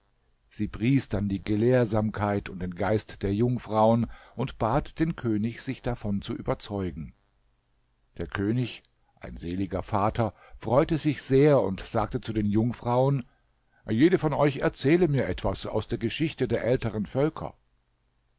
sie pries dann die gelehrsamkeit und den geist der jungfrauen und bat den könig sich davon zu überzeugen der könig ein seliger vater freute sich sehr und sagte zu den jungfrauen jede von euch erzähle mir etwas aus der geschichte der älteren völker